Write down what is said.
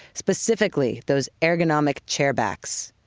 specifically, those ergonomic chair backs,